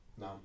no